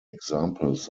examples